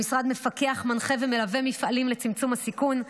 המשרד מפקח, מנחה ומלווה מפעלים לצמצום הסיכון.